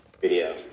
Video